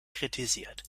kritisiert